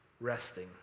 resting